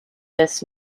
this